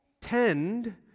tend